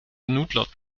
noodlot